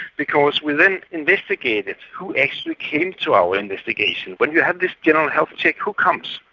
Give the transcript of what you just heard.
because we then investigated who actually came to our investigation. when you have general health check, who comes?